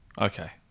okay